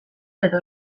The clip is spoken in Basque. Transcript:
edo